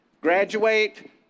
graduate